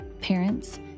Parents